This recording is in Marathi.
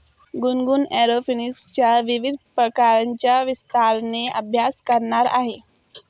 गुनगुन एरोपोनिक्सच्या विविध प्रकारांचा विस्ताराने अभ्यास करणार आहे